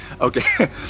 Okay